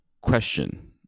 question